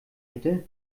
hätte